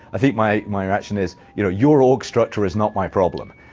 i think my my reaction is, you know your org structure is not my problem.